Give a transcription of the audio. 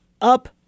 Up